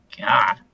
God